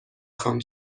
خوام